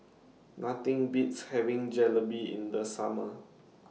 Nothing Beats having Jalebi in The Summer